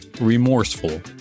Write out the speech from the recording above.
remorseful